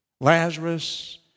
Lazarus